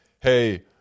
hey